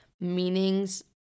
meanings